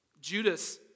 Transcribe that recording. Judas